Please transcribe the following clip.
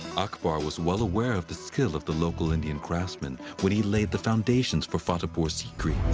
akbar was well aware of the skill of the local indian craftsmen when he laid the foundations for fatehpur sikri.